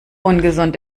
ungesund